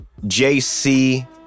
JC